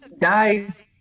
guys